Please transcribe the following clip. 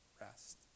rest